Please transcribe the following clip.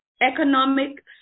Economic